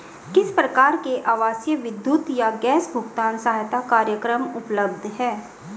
किस प्रकार के आवासीय विद्युत या गैस भुगतान सहायता कार्यक्रम उपलब्ध हैं?